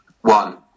one